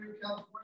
California